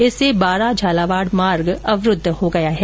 इससे बारां झालावाड़ मार्ग अवरुद्व हो गया है